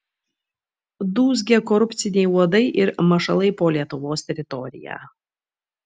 dūzgia korupciniai uodai ir mašalai po lietuvos teritoriją